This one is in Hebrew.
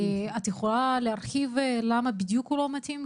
את יכולה להרחיב למה בדיוק הוא לא מתאים?